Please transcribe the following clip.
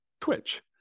twitch